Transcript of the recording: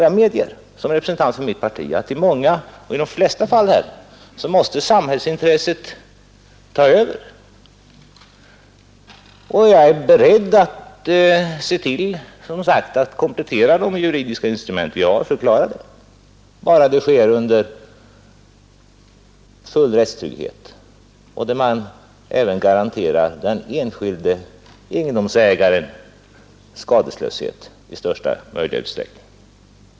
Jag medger, som representant för mitt parti, att i de flesta fall måste samhällsintresset ta över, och jag är som sagt beredd att se till, att vi kompletterar de juridiska instrument som vi har för att klara detta — bara det sker under full rättstrygghet och med garanti för att den enskilde egendomsägaren hålls skadeslös i största möjliga utsträckning.